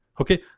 okay